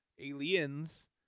Aliens